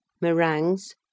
meringues